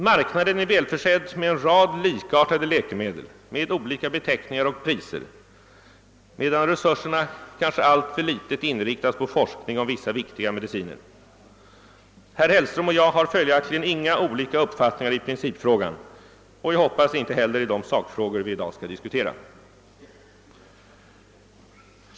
Marknaden är välförsedd med en rad likartade läkemedel med olika beteckningar och priser, me dan resurserna kanske alltför litet inriktas på forskning om vissa viktiga mediciner. Herr Hellström och jag har följaktligen inga olika uppfattningar i principfrågan, och jag hoppas inte heller i de sakfrågor vi i dag skall diskutera.